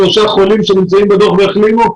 את רואה כאן 43 חולים שנמצאים והחלימו.